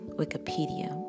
wikipedia